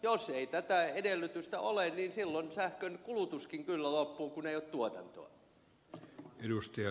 jos ei tätä edellytystä ole niin silloin sähkön kulutuskin kyllä loppuu kun ei ole tuotantoa